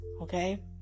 Okay